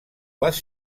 les